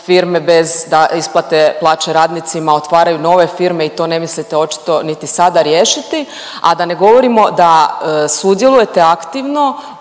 firme bez da isplate plaće radnicima, otvaraju nove firme i to ne mislite očito niti sada riješiti, a da ne govorimo da sudjelujete aktivno